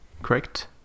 correct